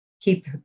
keep